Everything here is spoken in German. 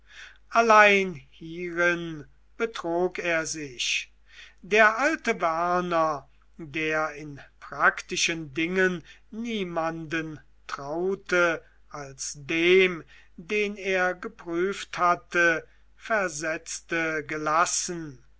allein hierin betrog er sich der alte werner der in praktischen dingen niemanden traute als dem den er geprüft hatte versetzte gelassen